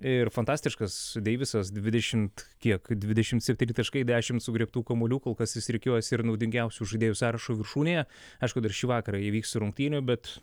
ir fantastiškas deivisas dvidešimt kiek dvidešim septyni taškai dešim sugriebtų kamuolių kol kas jis rikiuojasi ir naudingiausių žaidėjų sąrašo viršūnėje aišku dar šį vakarą įvyks rungtynių bet